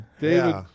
David